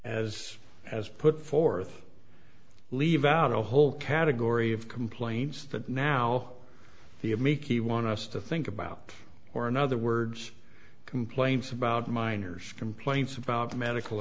as has put forth leave out a whole category of complaints that now we have make you want us to think about or in other words complaints about minors complaints about medical